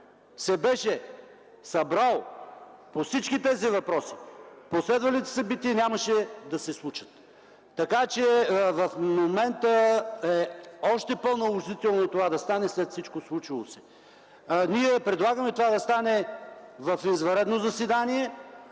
се беше събрало по всички тези въпроси, последвалите събития нямаше да се случат. Така че в момента е още по-наложително това да стане след всичко случило се. Ние предлагаме това да стане в извънредно заседание,